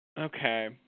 okay